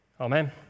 Amen